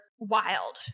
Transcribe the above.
wild